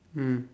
mm